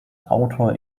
autor